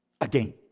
Again